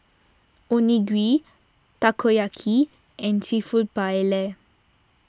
Onigiri Takoyaki and Seafood Paella